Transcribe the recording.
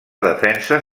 defensa